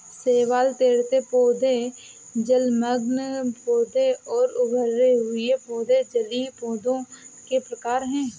शैवाल, तैरते पौधे, जलमग्न पौधे और उभरे हुए पौधे जलीय पौधों के प्रकार है